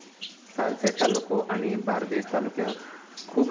सालसेत तालुको आनी बार्देज तालुक्यांत खूब लोक रावतात